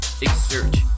exert